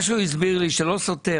מה שהוא הסביר לי, שלא סותר.